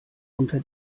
unter